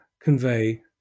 convey